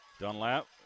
Dunlap